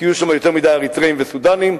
יהיו שם יותר מדי אריתריאים וסודנים,